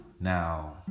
now